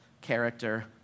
character